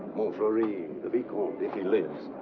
montfleury, the vicomte, if he lives,